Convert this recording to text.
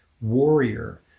warrior